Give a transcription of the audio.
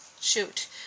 Shoot